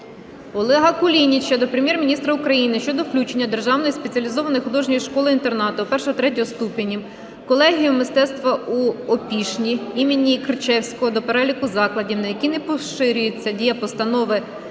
Олега Кулініча до Прем'єр-міністра України щодо включення Державної спеціалізованої художньої школи інтернату І-ІІІ ступенів "Колегіум мистецтв у Опішні" ім. В. Кричевського до переліку закладів, на які не поширюється дія Постанови